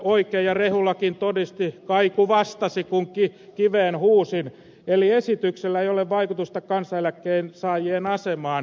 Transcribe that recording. rehulakin todisti kaiku vastasi kun kiveen huusin eli esityksellä ei ole vaikutusta kansaneläkkeensaajien asemaan